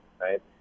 right